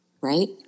Right